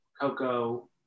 Coco